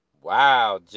Wow